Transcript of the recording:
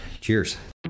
Cheers